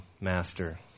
master